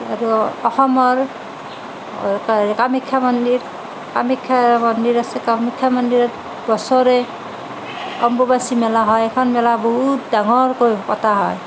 আৰু অসমৰ কামাখ্যা মন্দিৰ কামাখ্যা মন্দিৰ আছে কামাখ্যা মন্দিৰত বছৰি অম্বুবাচী মেলা হয় এইখন মেলা বহুত ডাঙৰকৈ পতা হয়